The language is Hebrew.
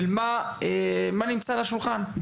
של מה שנמצא על השולחן.